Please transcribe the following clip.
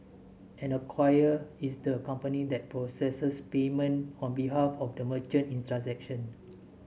an acquirer is the company that processes payment on behalf of the merchant in transaction